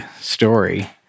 story